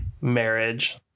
marriage